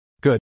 Good